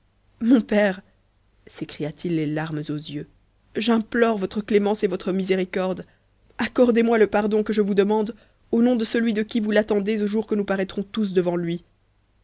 mon père sécria t i les larmes aux yeux j'implore votre clémence et votre miséricorde accordez-moi c pardon que je vous demande au nom de celui de qui vous l'attendez au jour que nous paraîtrons tous devant lui